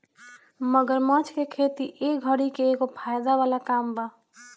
मगरमच्छ के खेती ए घड़ी के एगो फायदा वाला काम बा